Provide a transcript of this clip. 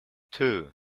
two